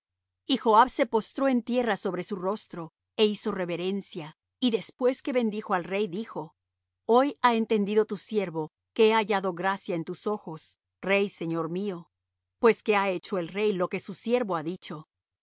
y joab se postró en tierra sobre su rostro é hizo reverencia y después que bendijo al rey dijo hoy ha entendido tu siervo que he hallado gracia en tus ojos rey señor mío pues que ha hecho el rey lo que su siervo ha dicho